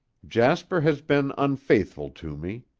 jasper has been unfaithful to me.